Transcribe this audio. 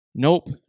Nope